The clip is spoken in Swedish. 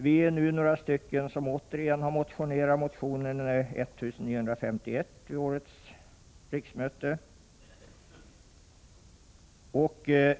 Vi är några som återigen har motionerat om detta i motion 1984/85:1951.